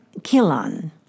Kilon